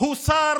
הוא שר